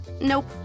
Nope